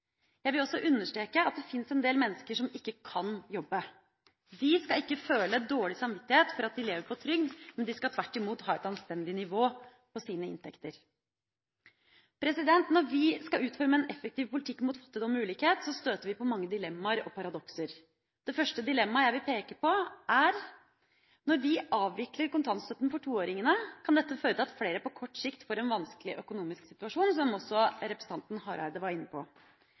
Jeg vil også understreke at det fins en del mennesker som ikke kan jobbe. De skal ikke føle dårlig samvittighet for at de lever på trygd, men de skal tvert imot ha et anstendig nivå på sine inntekter. Når vi skal utforme en effektiv politikk mot fattigdom og ulikhet, støter vi på mange dilemmaer og paradokser. Det første dilemmaet jeg vil peke på, er at når vi avvikler kontantstøtten for toåringene, kan dette føre til at flere på kort sikt får en vanskelig økonomisk situasjon, som også representanten Hareide var inne på.